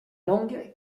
langue